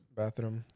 bathroom